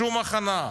שום הכנה.